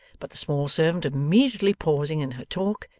but the small servant immediately pausing in her talk,